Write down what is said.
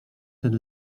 ten